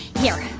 here.